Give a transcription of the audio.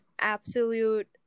absolute